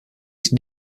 these